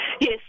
Yes